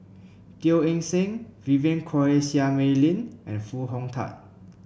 Teo Eng Seng Vivien Quahe Seah Mei Lin and Foo Hong Tatt